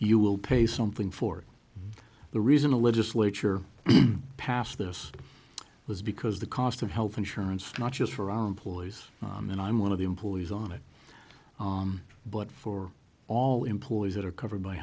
you will pay something for the reason the legislature passed this was because the cost of health insurance not just for our employees and i'm one of the employees on it but for all employees that are covered by